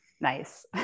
nice